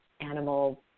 animal